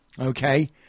okay